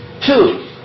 Two